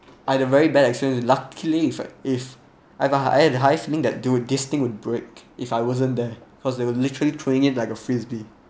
I had a very bad experience luckily if I if I got I've a feeling that dude this thing would break if I wasn't there cause they were literally throwing it like a frisbee